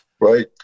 right